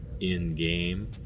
in-game